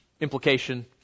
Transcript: Implication